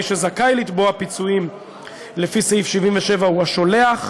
מי שזכאי לתבוע פיצויים לפי סעיף 77 הוא השולח,